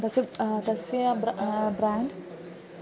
तस्य तस्य ब्र ब्राण्ड्